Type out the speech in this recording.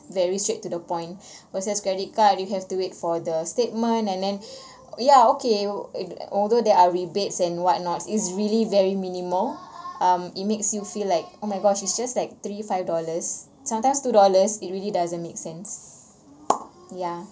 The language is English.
very straight to the point versus credit card you have to wait for the statement and then ya okay although there are rebates and whatnots is really very minimal um it makes you feel like oh my gosh it's just like three five dollars sometimes two dollars it really doesn't make sense ya